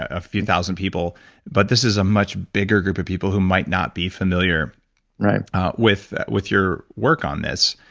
ah a few thousand people but this is a much bigger group of people who might not be familiar with with your work on this.